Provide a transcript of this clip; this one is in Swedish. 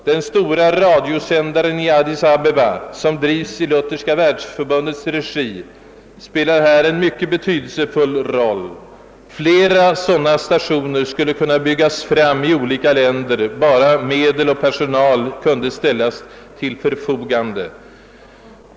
Den stora radiosändaren i Addis Abeba, som drivs i Lutherska världsförbundets regi, spelar härvidlag en betydelsefull roll. Flera sådana stationer skulle kunna byggas i olika u-länder bara medel och personal kunde ställas till förfogande.